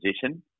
position